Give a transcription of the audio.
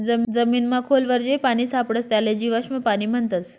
जमीनमा खोल वर जे पानी सापडस त्याले जीवाश्म पाणी म्हणतस